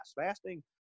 Fasting